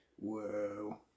Whoa